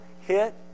hit